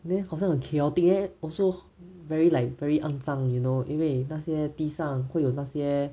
then 好像很 chaotic then also very like very 肮脏 you know 因为那些地上会有那些